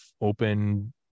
open